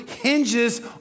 hinges